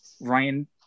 Ryan